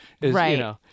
Right